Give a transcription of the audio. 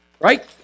right